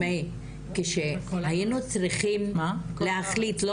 תשמעי, כשהיינו צריכים להחליט על